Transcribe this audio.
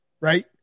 Right